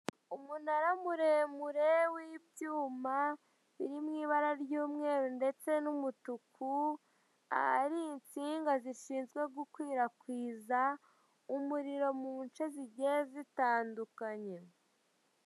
Umunara muremure, w'ibyuma biri mu ibara ry'umweru ndetse n'umutuku, ahari insinga zishinzwe gukwirakwiza umuriro mu nce zigiye zitandukanyekanye.